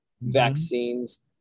vaccines